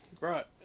Right